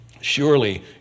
Surely